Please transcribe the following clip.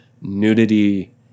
nudity